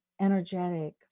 energetic